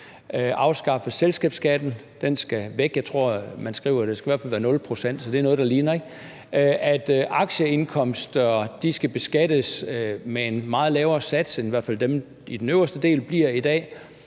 afskaffe selskabsskatten, at den skal væk – jeg tror, man skriver, at den i hvert fald skal være 0 pct., så det er jo noget, der ligner, ikke? – at aktieindkomster skal beskattes med en meget lavere sats end i hvert fald dem i den øverste del bliver i dag,